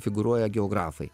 figūruoja geografai